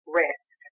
rest